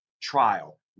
trial